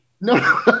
No